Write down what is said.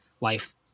life